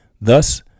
Thus